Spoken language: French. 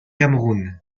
cameroun